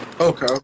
okay